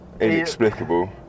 Inexplicable